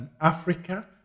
Africa